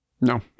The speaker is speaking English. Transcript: No